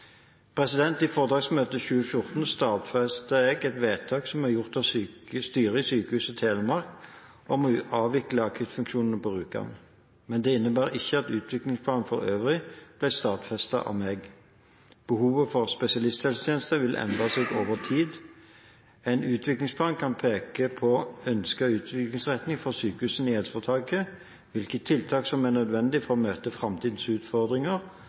I foretaksmøtet i 2014 stadfestet jeg et vedtak som var gjort av styret i Sykehuset Telemark HF om å avvikle akuttfunksjonene på Rjukan, men det innebar ikke at utviklingsplanen for øvrig ble stadfestet av meg. Behovet for spesialisthelsetjenester vil endre seg over tid. En utviklingsplan kan peke på ønsket utviklingsretning for sykehusene i helseforetaket, hvilke tiltak som er nødvendige for å møte framtidens utfordringer,